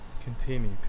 Continue